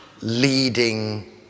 leading